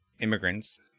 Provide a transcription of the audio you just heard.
immigrants